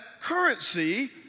currency